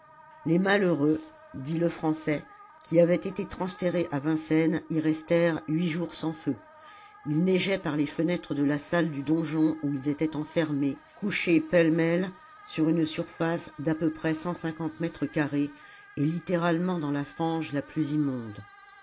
les malheureux dit lefrançais qui avaient été transférés à vincennes y restèrent huit jours sans feu il neigeait par les fenêtres de la salle du donjon où ils étaient enfermés couchés pêle-mêle sur une surface d'à peu près mètres carrés et littéralement dans la fange la plus immonde